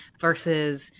versus